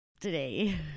today